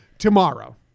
tomorrow